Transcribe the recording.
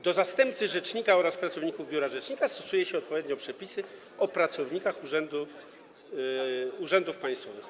Do zastępcy rzecznika oraz pracowników biura rzecznika stosuje się odpowiednio przepisy o pracownikach urzędów państwowych.